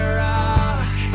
rock